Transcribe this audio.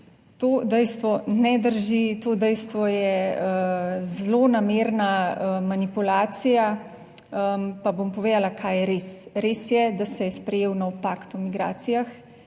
To dejstvo ne drži, to dejstvo je zlonamerna manipulacija. Pa bom povedala, kaj je res. Res je, da se je sprejel nov pakt o migracijah,